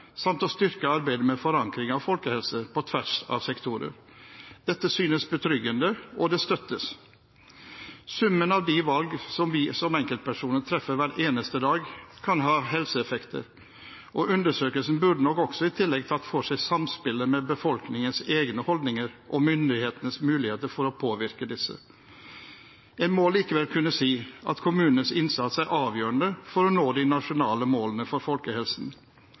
samt å styrke arbeidet med forankring av folkehelse på tvers av sektorer. Dette synes betryggende, og det støttes. Summen av de valg vi som enkeltpersoner treffer hver eneste dag, kan ha helseeffekter, og undersøkelsen burde nok også i tillegg tatt for seg samspillet med befolkningens egne holdninger og myndighetenes muligheter for å påvirke disse. En må likevel kunne si at kommunenes innsats er avgjørende for å nå de nasjonale målene for folkehelsen.